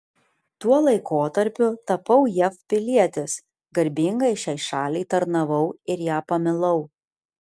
tuo laikotarpiu tapau jav pilietis garbingai šiai šaliai tarnavau ir ją pamilau